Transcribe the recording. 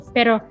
Pero